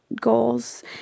goals